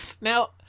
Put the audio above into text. Now